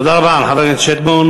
תודה רבה לחבר הכנסת שטבון.